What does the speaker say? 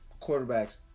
quarterbacks